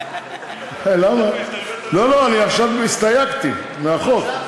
לא לא, אני עכשיו הסתייגתי, מהחוק.